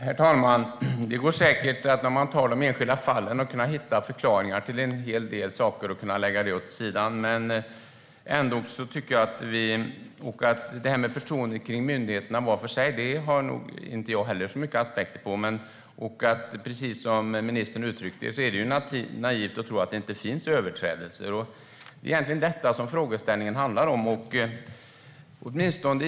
Herr talman! I enskilda fall går det säkert att hitta förklaringar så att man kan lägga dessa åt sidan. Förtroendet för myndigheterna var för sig har jag nog inte så många synpunkter på. Men precis som ministern sa är det naivt att tro att det inte finns överträdelser. Det är egentligen det som min frågeställning handlar om.